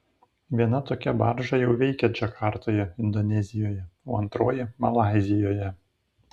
viena tokia barža jau veikia džakartoje indonezijoje o antroji malaizijoje